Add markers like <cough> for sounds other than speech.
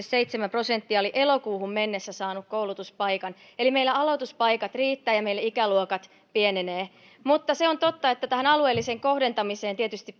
<unintelligible> seitsemän prosenttia oli elokuuhun mennessä saanut koulutuspaikan eli meillä aloituspaikat riittävät ja meillä ikäluokat pienenevät mutta se on totta että tähän alueelliseen kohdentamiseen tietysti <unintelligible>